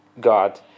God